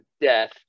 death